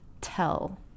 tell